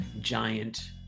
giant